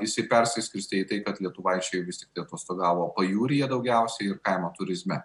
jisai persiskirstė į tai kad lietuvaičiai vis tiktai atostogavo pajūryje daugiausiai ir kaimo turizme